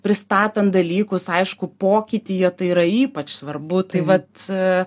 pristatant dalykus aišku pokytyje tai yra ypač svarbu tai vat